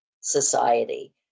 society